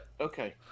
Okay